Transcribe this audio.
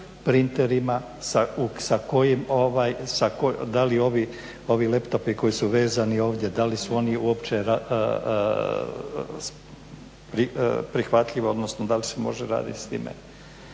Printerima? Da li ovi laptopi koji su vezani ovdje da li su oni uopće prihvatljivi odnosno da li se može raditi s njime?